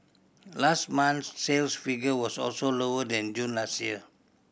last month's sales figure was also lower than June last year